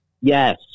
Yes